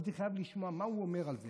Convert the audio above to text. הייתי חייב לשמוע מה הוא אומר על זה.